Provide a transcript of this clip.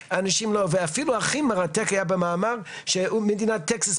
ואפילו הכי מרתק היה במאמר שמדינת טקסס,